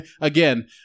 Again